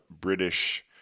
British